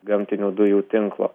gamtinių dujų tinklo